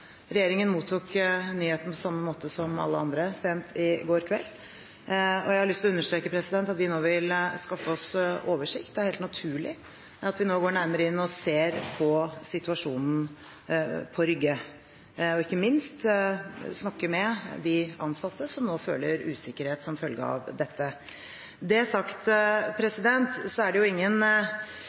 Regjeringen mottok nyheten på samme måte som alle andre, sent i går kveld, og jeg har lyst å understreke at vi nå vil skaffe oss oversikt. Det er helt naturlig at vi nå går nærmere inn og ser på situasjonen på Rygge og ikke minst snakker med de ansatte, som nå føler usikkerhet som følge av dette. Når det er sagt, er det jo ingen